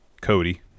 Cody